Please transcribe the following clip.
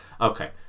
Okay